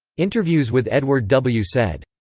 interviews with edward w. said.